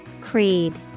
Creed